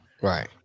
Right